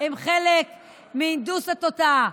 הם חלק מהנדוס התודעה.